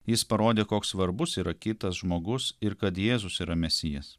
jis parodė koks svarbus yra kitas žmogus ir kad jėzus yra mesijas